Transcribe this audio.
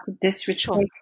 disrespect